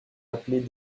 appelés